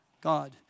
God